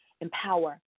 empower